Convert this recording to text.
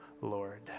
Lord